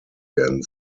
werden